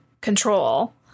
control